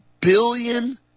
billion